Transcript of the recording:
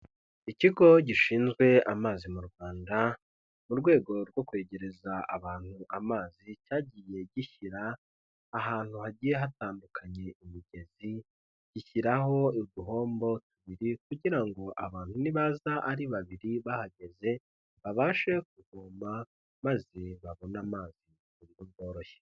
Ikigo gishinzwe amazi mu Rwanda mu rwego rwo kwegereza abantu amazi cyagiye gishyira ahantu hagiye hatandukanye imigezi, gishyiraho uduhombo tubiri kugira ngo abantu nibaza ari babiri bahageze babashe kuvoma maze babone amazi mu buryo bworoshye.